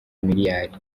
miliyari